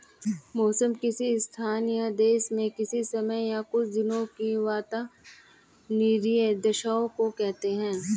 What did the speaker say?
मौसम किसी स्थान या देश में किसी समय या कुछ दिनों की वातावार्नीय दशाओं को कहते हैं